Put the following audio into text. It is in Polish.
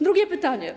Drugie pytanie.